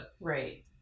Right